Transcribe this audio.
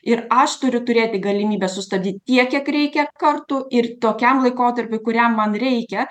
ir aš turiu turėti galimybę sustabdyti tiek kiek reikia kartų ir tokiam laikotarpiui kuriam man reikia